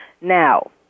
now